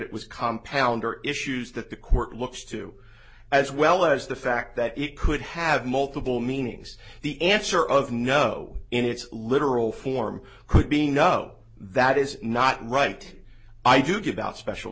it was compound are issues that the court looks to as well as the fact that it could have multiple meanings the answer of no in its literal form could be no that is not right i do give out special